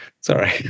Sorry